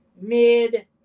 mid